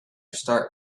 start